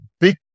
big